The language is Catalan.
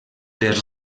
dels